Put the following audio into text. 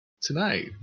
tonight